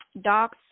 dogs